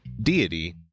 deity